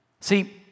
See